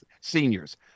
seniors